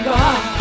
God